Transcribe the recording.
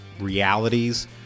realities